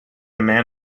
man